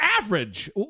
average